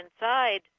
inside